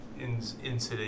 incident